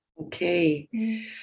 Okay